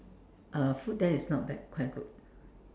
uh food there is not bad quite good